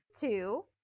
Two